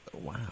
Wow